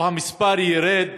או המספר ירד.